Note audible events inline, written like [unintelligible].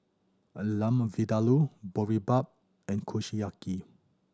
[unintelligible] Lamb Vindaloo Boribap and Kushiyaki